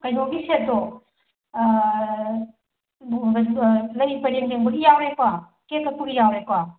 ꯀꯩꯅꯣꯒꯤ ꯁꯦꯠꯇꯣ ꯂꯩ ꯄꯔꯦꯡ ꯂꯦꯡꯕꯒꯤ ꯌꯥꯎꯔꯦꯀꯣ ꯀꯦꯛ ꯀꯛꯄꯒꯤ ꯌꯥꯎꯔꯦꯀꯣ